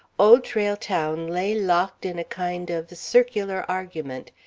old trail town lay locked in a kind of circular argument,